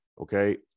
Okay